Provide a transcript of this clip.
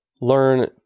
learn